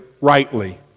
rightly